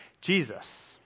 Jesus